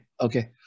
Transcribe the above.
okay